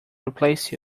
replace